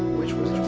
which was